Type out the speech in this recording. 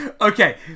Okay